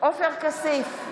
עופר כסיף,